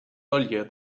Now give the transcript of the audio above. earlier